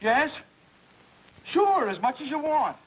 as sure as much as you want